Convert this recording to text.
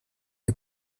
les